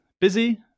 Busy